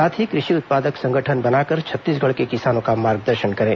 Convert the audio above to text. साथ ही कृषि उत्पादक संगठन बनाकर छत्तीसगढ़ के किसानों का मार्गदर्शन करें